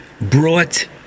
brought